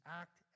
act